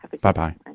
bye-bye